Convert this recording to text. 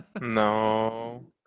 No